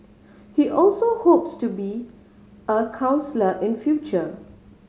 he also hopes to be a counsellor in future